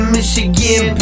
Michigan